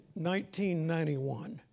1991